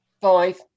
five